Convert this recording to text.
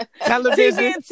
Television